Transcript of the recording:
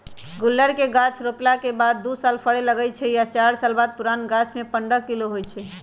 गुल्लर के गाछ रोपला के दू साल बाद फरे लगैए छइ आ चार पाच साल पुरान गाछमें पंडह किलो होइ छइ